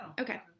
Okay